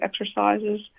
exercises